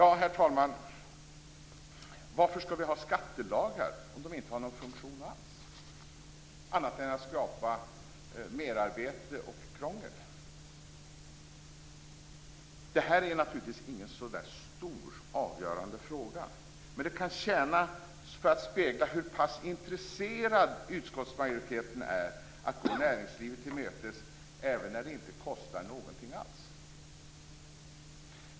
Herr talman! Varför skall vi ha skattelagar om de inte har någon funktion alls annat än att skapa merarbete och krångel? Det här är naturligtvis ingen stor och avgörande fråga. Men den kan spegla hur pass intresserad utskottsmajoriteten är att gå näringslivet till mötes även när det inte kostar någonting alls.